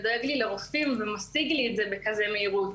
דואג לי לרופאים ומשיג לי את הכול בכזאת מהירות.